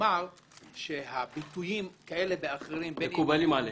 לומר שביטויים כאלה ואחרים מקובלים עליהם.